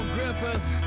Griffith